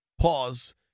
Pause